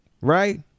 Right